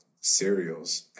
cereals